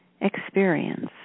experience